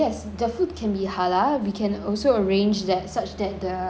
can be halal we can also arrange that such that the